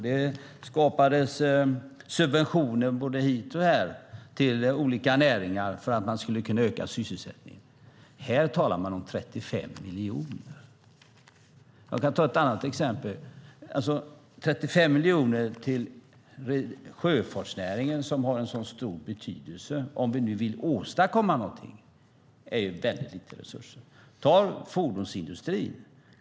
Det skapades subventioner både hit och dit till olika näringar för att man skulle kunna öka sysselsättningen. Här talar man om 35 miljoner. Jag kan ta ett annat exempel. Alltså 35 miljoner till sjöfartsnäringen, som har en sådan stor betydelse, är väldigt lite resurser, om vi nu vill åstadkomma någonting. Ta fordonsindustrin!